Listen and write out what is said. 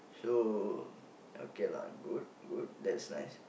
so okay lah good good that's nice